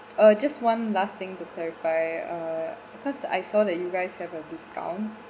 uh just one last thing to clarify uh because I saw that you guys have a discount